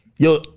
Yo